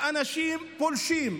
שאנשים פולשים.